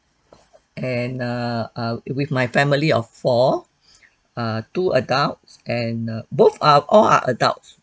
and err err with my family of four err two adults and err both are all are adults